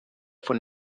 von